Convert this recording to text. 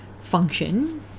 function